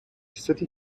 city